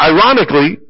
Ironically